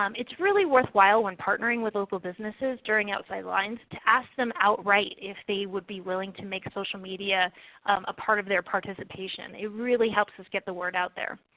um it's really worthwhile when partnering with local businesses during outside the lines to ask them outright if they would be willing to make social media a part of their participation. it really helps us get the word out there.